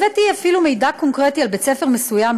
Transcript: הבאתי אפילו מידע קונקרטי על בית-ספר מסוים,